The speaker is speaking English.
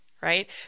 right